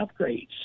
upgrades